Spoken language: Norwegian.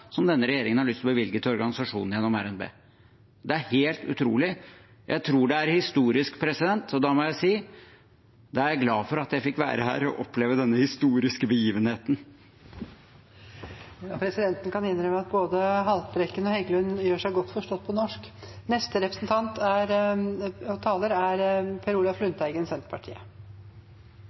som denne regjeringen har lyst til å bevilge til organisasjonen gjennom RNB, er helt utrolig. Jeg tror det er historisk. Og da må jeg si: Da er jeg glad for at jeg fikk være her og oppleve denne historiske begivenheten. Presidenten kan innrømme at både Haltbrekken og Heggelund gjør seg godt forstått på norsk.